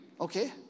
Okay